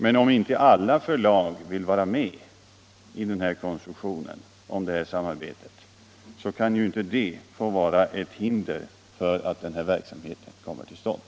Men om inte alla förlag vill vara med om detta samarbete, kan det inte få utgöra ett hinder för att denna verksamhet skall komma ull stånd.